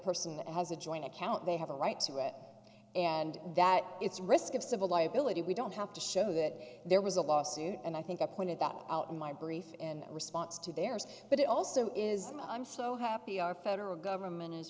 person has a joint account they have a right to it and that it's risk of civil liability we don't have to show that there was a lawsuit and i think i pointed that out in my brief in response to theirs but it also is i'm so happy our federal government is